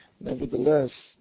Nevertheless